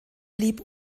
blieb